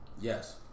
Yes